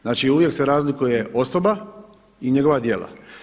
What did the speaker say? Znači uvijek se razlikuje osoba i njegova djela.